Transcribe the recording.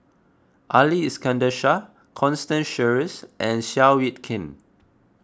Ali Iskandar Shah Constance Sheares and Seow Yit Kin